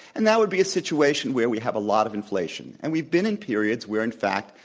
and that would be a situation where we have a lot of inflation. and we've been in periods where, in fact,